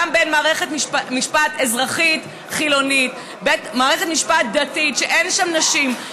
גם בין מערכת משפט אזרחית חילונית למערכת משפט דתית שאין בה נשים,